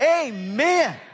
Amen